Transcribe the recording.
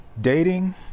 dating